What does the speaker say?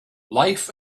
life